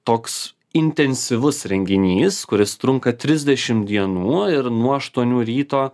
toks intensyvus renginys kuris trunka trisdešim dienų ir nuo aštuonių ryto